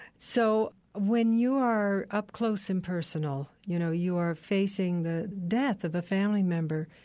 so when you are up close and personal, you know, you are facing the death of a family member,